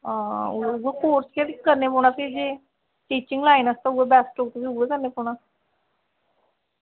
ओह् उ'ऐ कोर्स गै करना पौना फिर जे टीचिंग लाईन आस्तै उऐ बेस्ट करना पौना